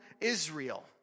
Israel